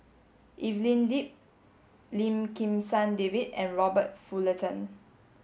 Evelyn Lip Lim Kim San David and Robert Fullerton